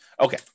Okay